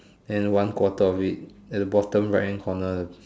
and one quarter of it at the bottom right hand corner the